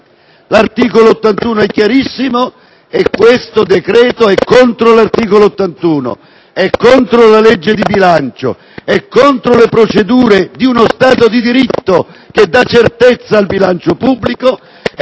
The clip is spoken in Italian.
L'articolo 81 è chiarissimo e questo decreto è contro l'articolo 81, è contro la legge di bilancio, è contro le procedure di uno Stato di diritto che dà certezza al bilancio pubblico,